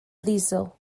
ddiesel